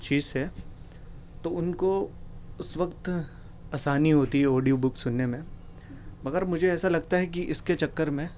چیز سے تو ان کو اس وقت آسانی ہوتی ہے آڈیو بک سننے میں مگر مجھے ایسا لگتا ہے کہ اس کے چکر میں